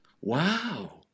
Wow